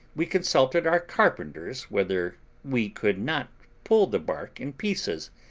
we consulted our carpenters whether we could not pull the bark in pieces,